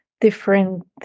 different